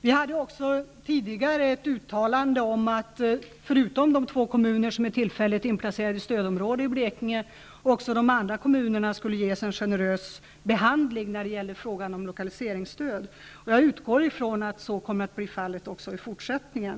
Det hade också tidigare gjorts ett uttalande om att, förutom de två kommuner som är tillfälligt inplacerade i stödområde i Blekinge, de andra kommunerna skulle ges en generös behandling i fråga om lokaliseringsstöd. Jag utgår från att så kommer att bli fallet också i fortsättningen.